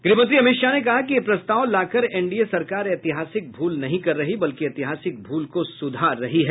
गृहमंत्री अमित शाह ने कहा कि यह प्रस्ताव लाकर एनडीए सरकार ऐतिहासिक भूल नहीं कर रही बल्कि ऐतिहासिक भूल को सुधार रही है